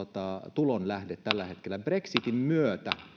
tulonlähde tällä hetkellä brexitin myötä